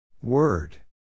Word